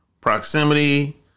proximity